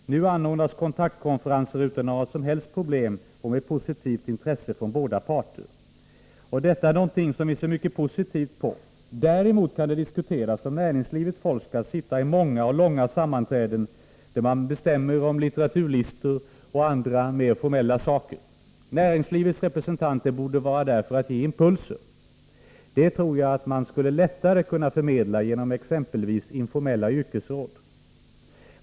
Nu anordnas kontaktkonferenser utan några som helst problem och med positivt intresse från båda parter. Detta är någonting som vi ser mycket positivt på. Däremot kan det diskuteras om näringslivets folk skall sitta i många och långa sammanträden, där man bestämmer om litteraturlistor och andra formella saker. Näringslivets representanter borde vara där för att ge impulser. Det tror jag att man lättare skulle kunna förmedla genom exempelvis informella yrkesråd.